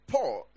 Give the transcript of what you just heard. Paul